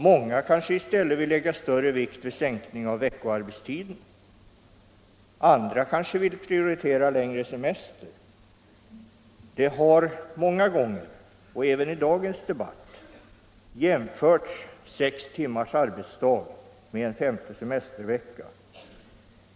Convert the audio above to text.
Många kanske i stället vill lägga större vikt vid sänkning av veckoarbetstiden, andra kanske vill prioritera längre semester. Många gånger, och även i dagens debatt, har sex timmars arbetsdag jämförts med en femte semestervecka.